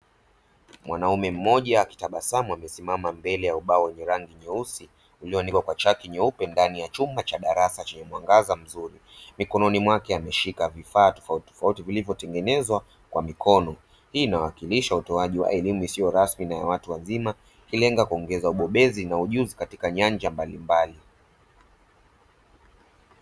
Mwanaume mmoja akitabasamu amesimama mbele ya ubao wenye rangi nyeusi ulioandikwa kwa chaki nyeupe ndani ya chumba cha darasa chenye mwangaza mzuri. Mikononi mwake ameshika vifaa tofauti tofauti vilivyotengenezwa kwa mikono. Hii inawakilisha utoaji wa elimu isiyo rasmi na ya watu wazima, ikilenga kuongeza ubobezi na ujuzi katika nyanja mbalimbali.